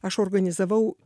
aš organizavau